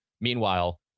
Meanwhile